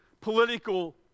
political